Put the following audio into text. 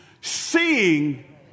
Seeing